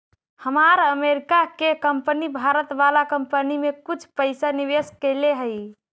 हमार अमरीका के कंपनी भारत वाला कंपनी में कुछ पइसा निवेश कैले हइ